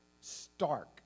stark